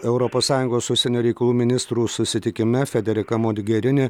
europos sąjungos užsienio reikalų ministrų susitikime federika modgerini